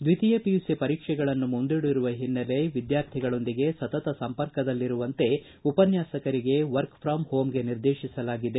ದ್ವಿತೀಯ ಪಿಯುಸಿ ಪರೀಕ್ಷೆಗಳನ್ನು ಮುಂದೂಡಿರುವ ಓನ್ನೆಲೆ ವಿದ್ವಾರ್ಥಿಗಳೊಂದಿಗೆ ಸತತ ಸಂಪರ್ಕದಲ್ಲಿರುವಂತೆ ಉಪನ್ಯಾಸಕರಿಗೆ ವರ್ಕ್ ಪ್ರಾಮ್ ಹೋಮ್ಗೆ ನಿರ್ದೇಶಿಸಲಾಗಿದೆ